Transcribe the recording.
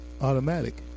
automatic